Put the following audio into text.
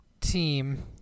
team